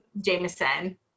Jameson